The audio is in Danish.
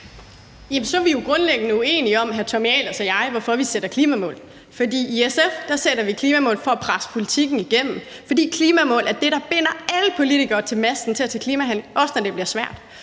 så er vi jo grundlæggende uenige, hr. Tommy Ahlers og jeg, om, hvorfor vi sætter klimamål. For i SF sætter vi klimamål for at presse politikken igennem, fordi klimamål er det, der binder alle politikere til masten i forhold til at tage klimahandling, også når det bliver svært.